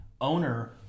owner